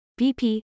BP